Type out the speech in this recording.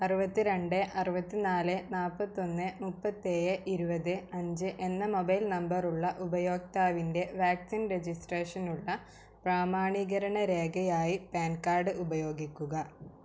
അറുപത്തി രണ്ട് അറുപത്തി നാല് നാൽപ്പത്തൊന്നേ മൂപ്പത്തേഴ് ഇരുപത് അഞ്ച് എന്ന മൊബൈൽ നമ്പറുള്ള ഉപയോക്താവിൻ്റെ വാക്സിൻ രജിസ്ട്രേഷനുള്ള പ്രാമാണീകരണ രേഖയായി പാൻ കാഡ് ഉപയോഗിക്കുക